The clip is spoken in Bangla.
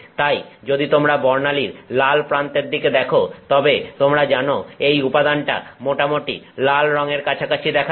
তাই যদি তোমরা বর্ণালীর লাল প্রান্তের দিকে দেখো তবে তোমরা জানো এই উপাদানটা মোটামুটি লাল রঙের কাছাকাছি দেখাবে